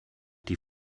die